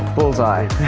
bullseye!